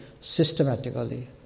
systematically